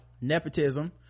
nepotism